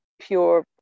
pure